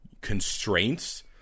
constraints